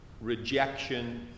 rejection